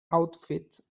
outfit